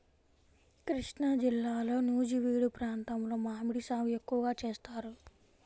కృష్ణాజిల్లాలో నూజివీడు ప్రాంతంలో మామిడి సాగు ఎక్కువగా చేస్తారు